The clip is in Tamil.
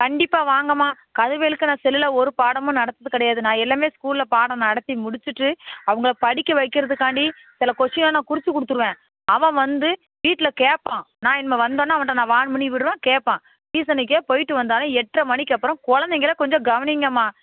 கண்டிப்பாக வாங்கம்மா கதிர்வேலுக்கு நான் செல்லில் ஒரு பாடமும் நடத்துவது கிடையாது நான் எல்லாம் ஸ்கூலில் பாடம் நடத்தி முடிச்சுவிட்டு அவங்கள படிக்க வைக்கிறதுக்காண்டி சில கொஸ்டினெலாம் குறிச்சு கொடுத்துருவேன் அவன் வந்து வீட்டில் கேட்பான் நான் இனிமேல் வந்தவொடன்னே அவன்கிட்ட வார்ன் பண்ணிவிடறோம் கேட்பான் டியூஷனுக்கே போயிட்டு வந்தாலும் எட்ரை மணிக்கப்புறம் கொழந்தைங்கள கொஞ்சம் கவனியுங்கம்மா